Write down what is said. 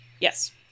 Yes